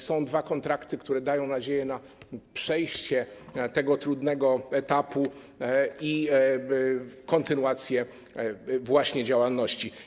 Są dwa kontrakty, które dają nadzieję na przejście tego trudnego etapu i kontynuację działalności.